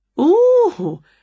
Ooh